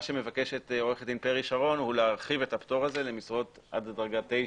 מה שמבקשת עוה"ד פרי שרון הוא להרחיב את הפטור הזה למשרות עד לדרגה 9